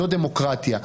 זו דמוקרטיה.